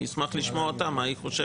אני אשמח לשמוע אותה מה היא חושבת.